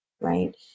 right